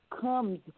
comes